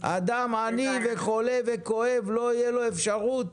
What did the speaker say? אדם עני, חולה וכואב לא יהיה לו אפשרות